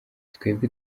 twebwe